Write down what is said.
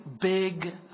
big